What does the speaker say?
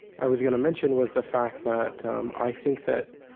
i was going to mention was the fact that ah um i think that